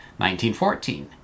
1914